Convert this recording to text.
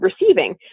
receiving